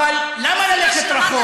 אבל למה ללכת רחוק?